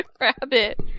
Rabbit